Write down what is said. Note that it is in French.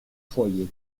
foyer